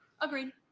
Agreed